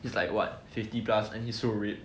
he's like what fifty plus and he is so ripped